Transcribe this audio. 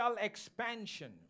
expansion